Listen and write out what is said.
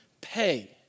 pay